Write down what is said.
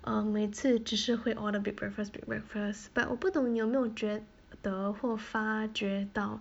um 每次只是会 order big breakfast big breakfast but 我不懂你有没有觉得或发觉到